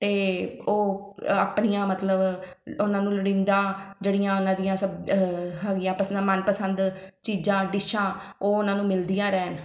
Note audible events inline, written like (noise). ਅਤੇ ਉਹ ਆਪਣੀਆਂ ਮਤਲਬ ਉਹਨਾਂ ਨੂੰ ਲੋੜੀਂਦਾ ਜਿਹੜੀਆਂ ਉਹਨਾਂ ਦੀਆਂ ਸਬ ਹੈਗੀਆਂ (unintelligible) ਮਨਪਸੰਦ ਚੀਜ਼ਾਂ ਡਿਸ਼ਾਂ ਉਹ ਉਹਨਾਂ ਨੂੰ ਮਿਲਦੀਆਂ ਰਹਿਣ